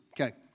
Okay